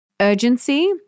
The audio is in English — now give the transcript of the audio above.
urgency